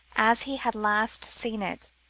as he had last seen it,